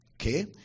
Okay